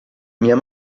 mia